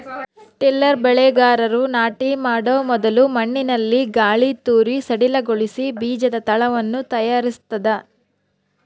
tiller ಬೆಳೆಗಾರರು ನಾಟಿ ಮಾಡೊ ಮೊದಲು ಮಣ್ಣಿನಲ್ಲಿ ಗಾಳಿತೂರಿ ಸಡಿಲಗೊಳಿಸಿ ಬೀಜದ ತಳವನ್ನು ತಯಾರಿಸ್ತದ